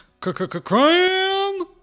cram